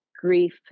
grief